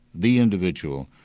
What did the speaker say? the individual,